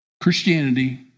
Christianity